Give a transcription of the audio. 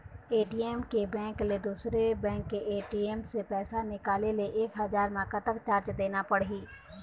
ATM के bank ले दुसर बैंक के ए.टी.एम ले पैसा निकाले ले एक हजार मा कतक चार्ज देना पड़ही?